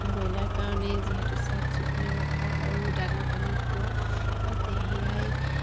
broiler কাৰণে যিহেতু চাফচিকুণে ৰখা আৰু দানা পানী পোৱা তো সেয়াই